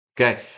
Okay